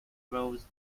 rows